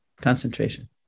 concentration